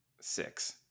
six